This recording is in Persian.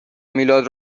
میلاد